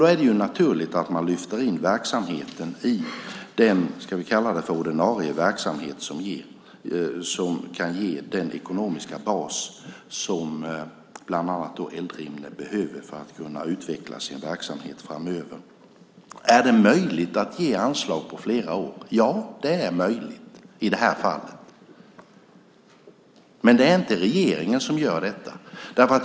Då är det naturligt att man lyfter in verksamheten i ordinarie verksamhet som kan ge den ekonomiska bas som bland annat Eldrimner behöver för att kunna utveckla sin verksamhet framöver. Är det möjligt att ge anslag för flera år? Ja, det är möjligt i det här fallet. Men det är inte regeringen som gör det.